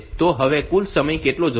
તો હવે કુલ સમય કેટલો જરૂરી છે